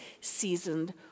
seasoned